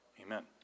Amen